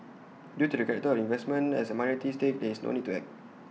due to the character of the investment as A minority stake there is no need to act